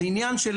זה עניין של